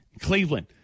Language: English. Cleveland